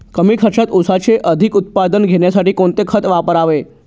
कमी खर्चात ऊसाचे अधिक उत्पादन घेण्यासाठी कोणते खत वापरावे?